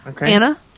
Anna